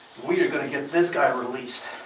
we are going to get this guy released